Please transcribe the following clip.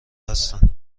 هستند